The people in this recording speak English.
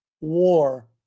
war